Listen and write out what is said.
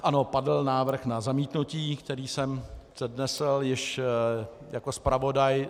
Ano, padl návrh na zamítnutí, který jsem přednesl již jako zpravodaj.